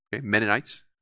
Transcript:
Mennonites